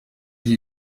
icyo